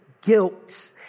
guilt